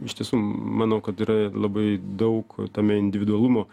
iš tiesų manau kad yra labai daug tame individualumo